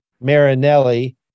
Marinelli